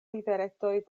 riveretoj